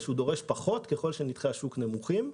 שדורש פחות ככל שנתחי השוק נמוכים,